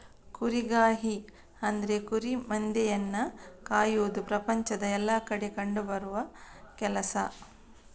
ಕುರಿಗಾಹಿ ಅಂದ್ರೆ ಕುರಿ ಮಂದೆಯನ್ನ ಕಾಯುವುದು ಪ್ರಪಂಚದ ಎಲ್ಲಾ ಕಡೆ ಕಂಡು ಬರುವ ಕೆಲಸ